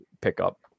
pickup